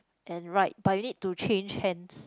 and ride but you need to change hands